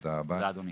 תודה רבה.